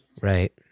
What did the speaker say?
Right